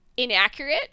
inaccurate